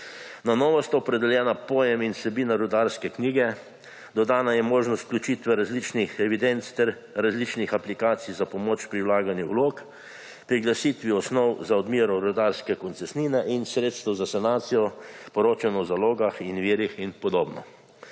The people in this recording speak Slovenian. Na novo sta opredeljena pojem in vsebina rudarske knjige, dodana je možnost vključitve različnih evidenc ter različnih aplikacij za pomoč pri vlaganju vlog, priglasitvi osnov za odmero rudarske koncesnine in sredstev za sanacijo, poročanje o zalogah in virih in podobno.